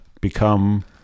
become